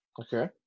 Okay